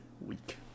week